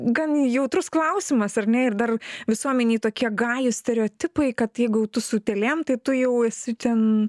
gan jautrus klausimas ar ne ir dar visuomenėj tokie gajūs stereotipai kad jeigu jau tu su utėlėm tai tu jau esi ten